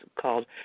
called